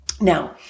Now